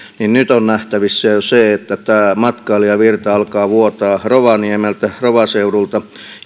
niin nyt on nähtävissä jo se että tämä matkailijavirta alkaa vuotaa rovaniemeltä rovaseudulta